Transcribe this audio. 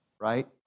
right